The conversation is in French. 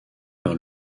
par